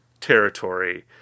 territory